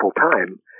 full-time